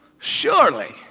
surely